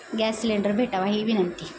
gas cylinder भेटावा हे विनंती